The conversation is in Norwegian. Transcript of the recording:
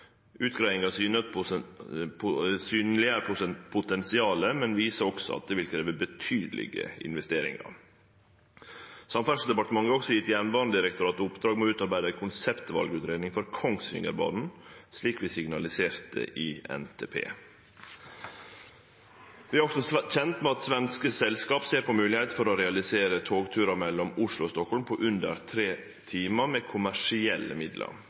Utgreiinga synleggjer potensialet, men viser også at det vil krevje betydelege investeringar. Samferdselsdepartementet har også gitt Jernbanedirektoratet i oppdrag å utarbeide ei konseptvalutgreiing for Kongsvingerbanen, slik vi signaliserte i NTP. Vi er også kjende med at svenske selskap ser på moglegheita for å realisere togturar mellom Oslo og Stockholm på under tre timar, med kommersielle